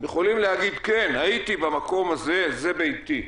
הם יכולים להגיד: כן, הייתי במקום הזה, זה ביתי.